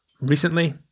recently